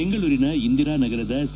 ಬೆಂಗಳೂರಿನ ಇಂದಿರಾನಗರದ ಸಿ